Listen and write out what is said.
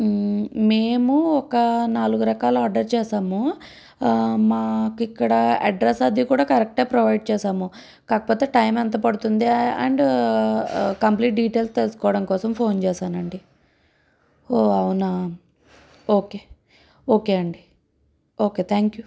మేము ఒక నాలుగు రకాలు ఆర్డర్ చేసాము మాకు ఇక్కడ అడ్రస్ అది కూడా కరెక్టే ప్రొవైడ్ చేసాము కాకపోతే టైం ఎంత పడుతుంది అండ్ కంప్లీట్ డీటెయిల్స్ తెలుసుకోవడం కోసం ఫోన్ చేసానండి ఓ అవునా ఓకే ఓకే అండి ఓకే థ్యాంక్ యూ